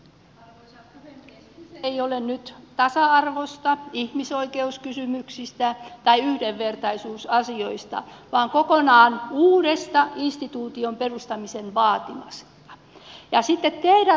kyse ei ole nyt tasa arvosta ihmisoikeuskysymyksistä tai yhdenvertaisuusasioista vaan kokonaan uuden instituution perustamisen vaatimisesta